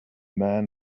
man